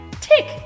Tick